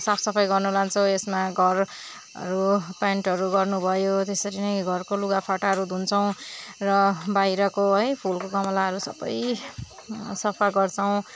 साफ सफाइ गर्नु लान्छौँ यसमा घरहरू पेन्टहरू गर्नु भयो त्यसरी नै घरको लुगा फाटाहरू धुन्छौँ र बाइरको है फुलको गमलाहरू सबै सफा गर्छौँ